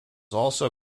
also